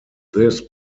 this